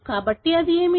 కాబట్టి అది ఏమిటి